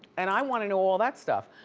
and i wanna know all that stuff.